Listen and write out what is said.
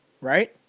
right